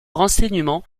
renseignements